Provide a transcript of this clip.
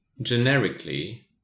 generically